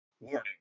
Warning